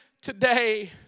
today